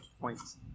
points